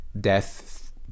death